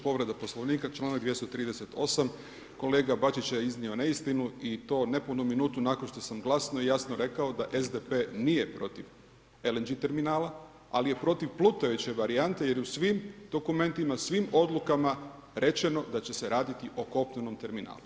Povreda Poslovnika, članka 238., kolega bačić je iznio neistinu i to ne punu minutu nakon što sam glasno i jasno rekao da SDP nije protiv LNG terminala ali je protiv plutajuće varijante jer je u svim dokumentima, svim odlukama rečeno da će se raditi o kopnenom terminalu.